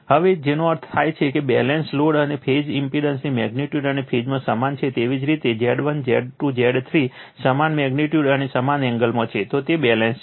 હવે જેનો અર્થ થાય છે કે બેલેન્સ લોડ માટે ફેઝ ઇમ્પેડન્સની મેગ્નિટ્યુડ અને ફેઝમાં સમાન છે તેવી જ રીતે Z1 Z2 Z 3 સમાન મેગ્નિટ્યુડ અને સમાન એંગલમાં છે તો તે બેલેન્સ છે